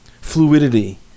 fluidity